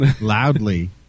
loudly